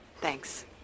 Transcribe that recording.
Thanks